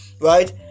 right